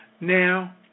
Now